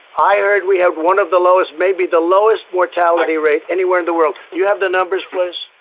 i heard we have one of the lowest, maybe the lowest, mortality rate anywhere in the world. you have the numbers, please?